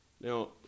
Now